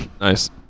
nice